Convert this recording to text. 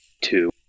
two